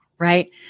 right